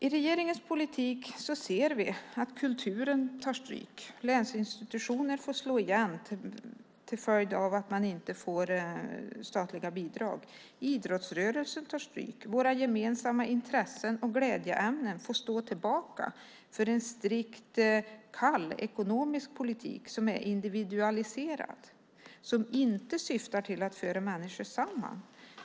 I regeringens politik ser vi att kulturen tar stryk. Länsinstitutioner får slå igen till följd av att de inte får statliga bidrag. Idrottsrörelsen tar stryk. Våra gemensamma intressen och glädjeämnen får stå tillbaka för en strikt kall ekonomisk politik som är individualiserad och som inte syftar till att föra människor samman.